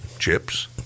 chips